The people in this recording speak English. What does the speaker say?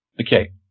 Okay